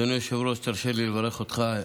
אדוני היושב-ראש, תרשה לי לברך אותך.